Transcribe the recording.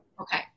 Okay